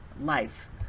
life